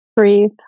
Breathe